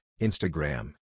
Instagram